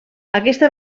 aquesta